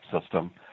system